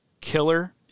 killer